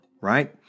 right